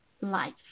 life